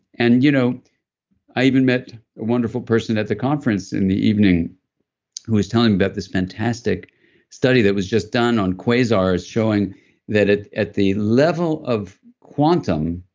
and you know i even met a wonderful person at the conference in the evening who was telling me about this fantastic study that was just done on quasars showing that at the level of quantum,